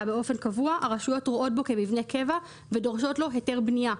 באופן קבוע הרשויות רואות בו כמבנה קבע ודורשות לו היתר בנייה,